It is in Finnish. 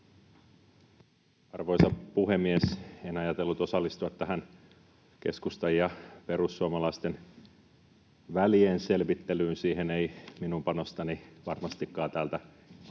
Arvoisa puhemies! En ajatellut osallistua tähän keskustan ja perussuomalaisten välienselvittelyyn. Siihen ei minun panostani varmastikaan täältä salin